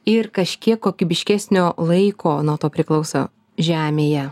ir kažkiek kokybiškesnio laiko nuo to priklauso žemėje